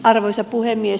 arvoisa puhemies